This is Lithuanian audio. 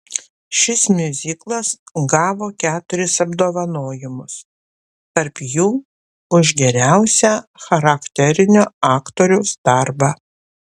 šis miuziklas gavo keturis apdovanojimus tarp jų už geriausią charakterinio aktoriaus darbą